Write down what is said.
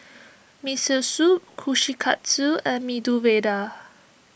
Miso Soup Kushikatsu and Medu Vada